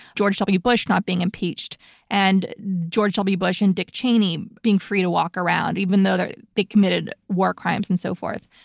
george w. bush not being impeached and george w. bush and dick cheney being free to walk around even though though they committed war crimes and so forth.